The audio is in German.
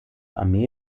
armee